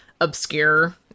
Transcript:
obscure